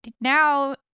now